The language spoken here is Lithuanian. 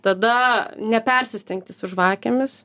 tada nepersistengti su žvakėmis